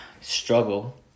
struggle